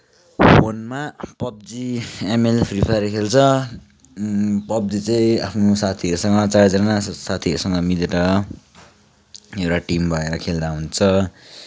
फोनमा पब्जी अमाजन फ्री फायरहरू खेल्छ पब्जी चाहिँ आफ्नो साथीहरूसँग चारजना जस्तो साथीहरूसँग मिलेर एउटा टिम भएर खेल्दा हुन्छ